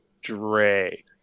dre